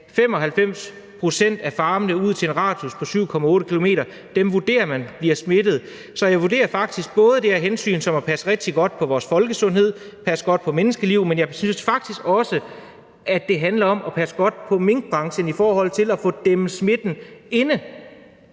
der ligger inden for en radius på 7,8 km, vurderer man bliver smittet. Så jeg vurderer faktisk, at det både er hensynet til at passe rigtig godt på vores folkesundhed, passe godt på menneskeliv, men at det også handler om at passe godt på minkbranchen i forhold til at få lukket smitten inde.